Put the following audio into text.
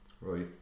right